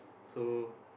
so